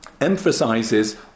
emphasizes